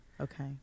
Okay